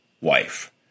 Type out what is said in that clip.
wife